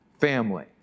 family